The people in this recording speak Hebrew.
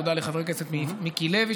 תודה לחבר הכנסת מיקי לוי,